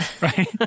right